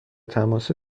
تماس